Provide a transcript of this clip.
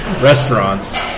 restaurants